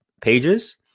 pages